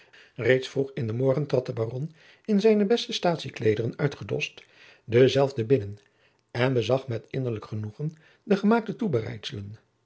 reeds vroeg in den morgen trad de baron in zijne beste staatsie kleederen uitgedoscht dezelve binnen en bezag met innerlijk genoegen de gemaakte